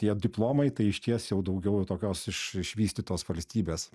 tie diplomai tai išties jau daugiau tokios iš išvystytos valstybės